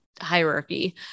hierarchy